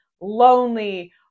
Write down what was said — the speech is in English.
lonely